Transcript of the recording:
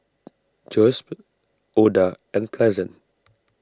Joesph Oda and Pleasant